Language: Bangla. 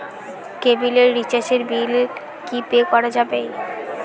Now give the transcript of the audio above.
কেবিলের রিচার্জের বিল কি পে করা যাবে?